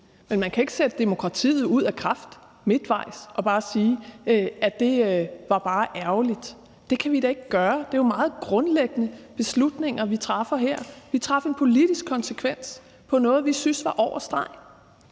Men man kan ikke sætte demokratiet ud af kraft midtvejs og bare sige: Det var bare ærgerligt. Det kan vi da ikke gøre. Det er jo meget grundlæggende beslutninger, vi træffer her. Vi drog en politisk konsekvens af noget, vi syntes var over stregen.